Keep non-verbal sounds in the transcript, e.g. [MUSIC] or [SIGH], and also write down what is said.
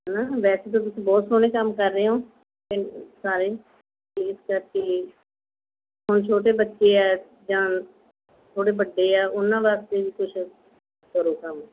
ਹੈ ਨਾ ਵੈਸੇ ਤਾਂ ਤੁਸੀਂ ਬਹੁਤ ਸੋਹਣੇ ਕੰਮ ਕਰ ਰਹੇ ਹੋ [UNINTELLIGIBLE] ਸਾਰੇ ਇਸ ਕਰਕੇ ਹੁਣ ਛੋਟੇ ਬੱਚੇ ਹੈ ਜਾਂ ਥੋੜ੍ਹੇ ਵੱਡੇ ਹੈ ਉਹਨਾਂ ਵਾਸਤੇ ਵੀ ਕੁਛ ਕਰੋ ਕੰਮ